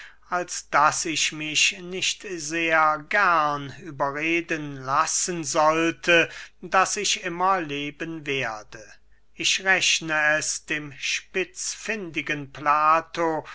als daß ich mich nicht sehr gern überreden lassen sollte daß ich immer leben werde ich rechne es dem spitzfündigen plato